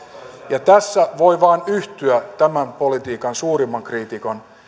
ja tässä voi vain yhtyä tämän politiikan suurimman kriitikon